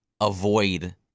avoid